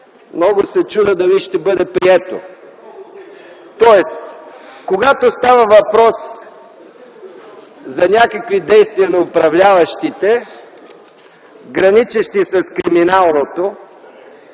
много се чудя дали ще бъде прието. Тоест, когато става въпрос за някакви действия на управляващите, граничещи с криминалното,